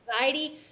anxiety